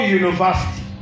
university